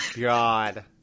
god